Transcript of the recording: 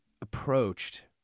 approached